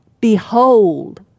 behold